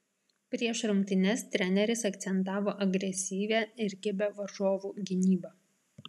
prieš rungtynes treneris akcentavo agresyvią ir kibią varžovų gynybą